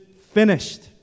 finished